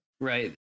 Right